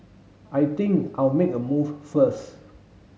I think I'll make a move first